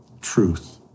truth